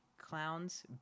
clowns